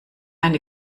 eine